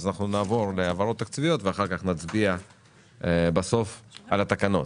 לכן נעבור להעברות תקציביות ובסוף נצביע על התקנות.